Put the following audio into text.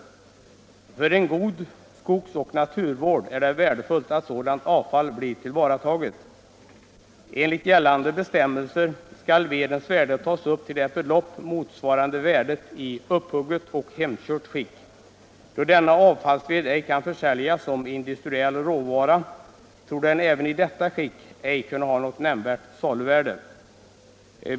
För en god skogsoch naturvård är det värdefullt att sådant avfall blir tillvarataget. Enligt gällande bestämmelser skall vedens värde tas upp till ett belopp motsvarande värdet i upphugget och hemkört skick. Då denna avfallsved ej kan försäljas som industriell råvara, torde den inte heller i detta skick kunna ha något nämnvärt saluvärde.